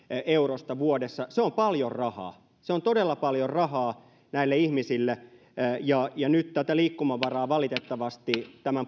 eurosta vuodessa se on paljon rahaa se on todella paljon rahaa näille ihmisille ja ja nyt tätä liikkumavaraa valitettavasti tämän